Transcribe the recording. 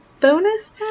bonus